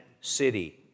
city